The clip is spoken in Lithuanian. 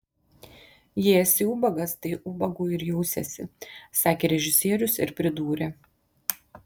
jei esi ubagas tai ubagu ir jausiesi sakė režisierius ir pridūrė